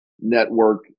network